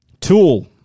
Tool